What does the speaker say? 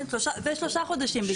כן, זה שלושה חודשים בעיקרון.